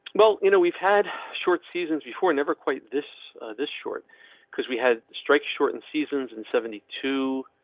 well, you know we've had short seasons before, never quite this this short cause we had strike shortened seasons and seventy two.